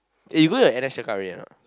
eh you go your N_S checkup already or not